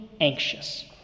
anxious